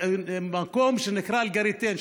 במקום שנקרא אל-גריטן,